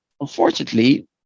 Unfortunately